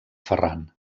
ferran